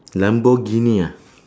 lamborghini ah